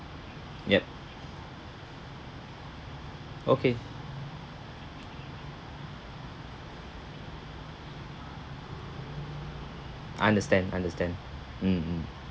yup okay understand understand mm mm